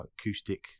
acoustic